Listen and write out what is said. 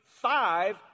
five